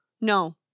No